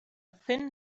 thin